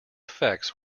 effects